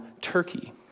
Turkey